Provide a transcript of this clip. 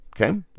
okay